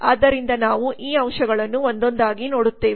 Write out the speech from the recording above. ಆದ್ದರಿಂದ ನಾವು ಈ ಅಂಶಗಳನ್ನು ಒಂದೊಂದಾಗಿ ನೋಡುತ್ತೇವೆ